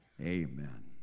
amen